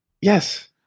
Yes